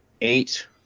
eight